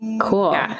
Cool